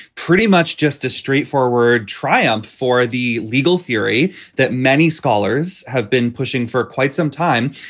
pretty much just a straight forward triumph for the legal theory that many scholars have been pushing for quite some time,